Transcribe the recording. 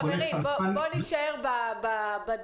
חברים, בואו נישאר בדיון.